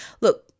look